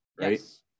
right